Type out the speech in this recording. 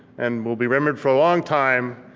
and will be remembered for a long time.